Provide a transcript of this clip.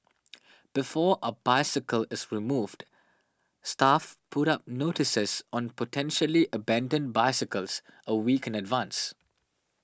before a bicycle is removed staff put up notices on potentially abandoned bicycles a week in advance